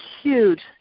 huge